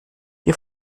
wir